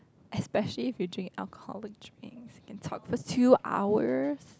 especially if you drink alcoholic drinks and talk for two hours